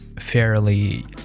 fairly